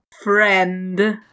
Friend